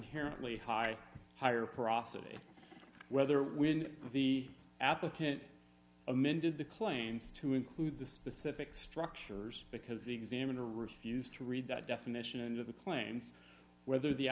tly high higher prosody whether when the applicant amended the claims to include the specific structures because the examiner refused to read that definition into the claims whether the